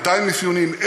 200 אפיונים,